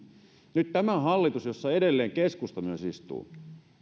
nyt tämä hallitus jossa edelleen keskusta myös istuu